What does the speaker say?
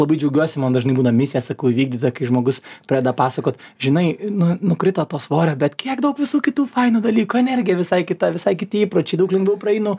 labai džiaugiuosi man dažnai būna misija sakau įvykdyta kai žmogus pradeda pasakot žinai nu nukrito to svorio bet kiek daug visų kitų fainų dalykų energija visai kita visai kiti įpročiai daug lengviau praeinu